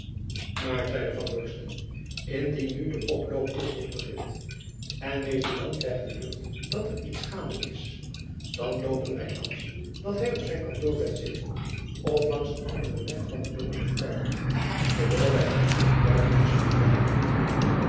maar zeide van dorsten indien nu de oploop te vroeg begint en mr jan krijgt de lucht dat er iets gaande is dan loopen wy kans dat hy op zijn kantoor blijft zitten of langs een anderen weg van t binnenhof kuiert terwijl wy hem op het buitenhof staan te wachten